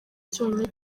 cyonyine